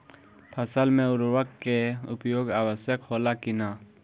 फसल में उर्वरक के उपयोग आवश्यक होला कि न?